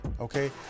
Okay